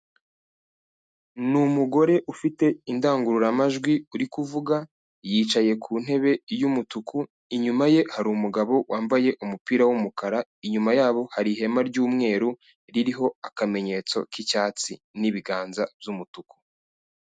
Ni umugore ufite indangururamajwi uri kuvuga, yicaye ku ntebe y'umutuku, inyuma ye hari umugabo wambaye umupira w'umukara. Inyuma yabo hari ihema ry'umweru ririho akamenyetso k'icyatsi n'ibiganza by'umutuku.